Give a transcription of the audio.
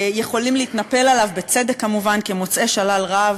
יכולים להתנפל עליו, בצדק כמובן, כמוצאי שלל רב.